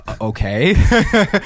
okay